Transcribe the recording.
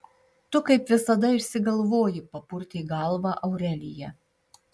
tu kaip visada išsigalvoji papurtė galvą aurelija